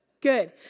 Good